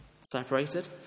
separated